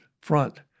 front